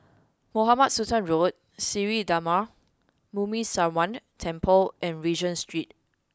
Mohamed Sultan Road Sri Darma Muneeswaran Temple and Regent Street